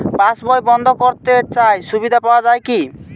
পাশ বই বন্দ করতে চাই সুবিধা পাওয়া যায় কি?